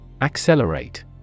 Accelerate